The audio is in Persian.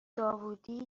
داوودی